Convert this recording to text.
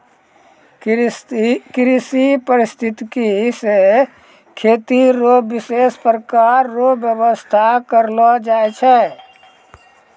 कृषि परिस्थितिकी से खेती रो विशेष प्रकार रो व्यबस्था करलो जाय छै